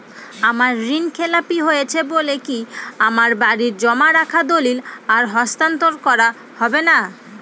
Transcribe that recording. আমার ঋণ খেলাপি হয়েছে বলে কি আমার বাড়ির জমা রাখা দলিল আর হস্তান্তর করা হবে না?